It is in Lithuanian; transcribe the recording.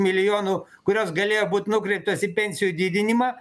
milijonų kurios galėjo būt nukreiptos į pensijų didinimą